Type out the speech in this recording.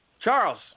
Charles